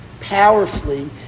powerfully